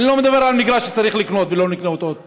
אני לא מדבר על מגרש שצריך לקנות ולא נקנה אותו עוד פעם,